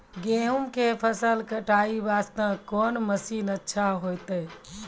गेहूँ के फसल कटाई वास्ते कोंन मसीन अच्छा होइतै?